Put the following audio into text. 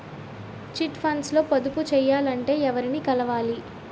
Chit funds లో పొదుపు చేయాలంటే ఎవరిని కలవాలి?